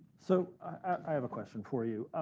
so, i have a question for you.